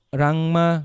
rangma